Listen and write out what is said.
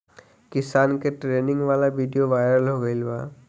किसान के ट्रेनिंग वाला विडीओ वायरल हो गईल बा